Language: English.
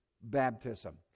baptism